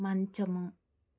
మంచము